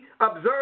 observe